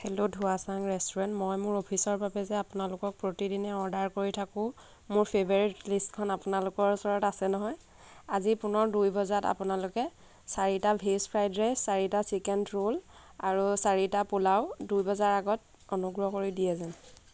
hello Dhowachang restaurant মই মোৰ অফিচৰ বাবে যে আপোনালোকক প্ৰতিদিনে অৰ্ডাৰ কৰি থাকোঁ মোৰ ফেভাৰিট লিষ্টখন আপোনালোকৰ ওচৰত আছে নহয় আজি পুনৰ দুই বজাত আপোনালোকে চাৰিটা ভেজ ফ্ৰাইড ৰাইচ চাৰিটা চিকেন ৰ'ল আৰু চাৰিটা পোলাও দুই বজাৰ আগত অনুগ্ৰহ কৰি দিয়ে যেন